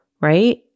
Right